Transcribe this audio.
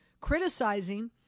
criticizing